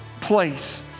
place